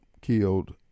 killed